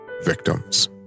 victims